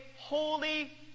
holy